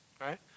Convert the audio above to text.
Right